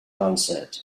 concert